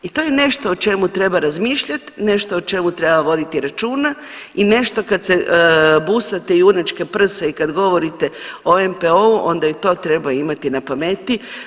I to je nešto o čemu treba razmišljat, nešto o čemu treba voditi računa i nešto kad se busate u junačka prsa i kad govorite o NPO-u onda i to treba imati na pameti.